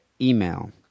email